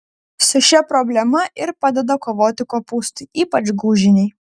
su šia problema ir padeda kovoti kopūstai ypač gūžiniai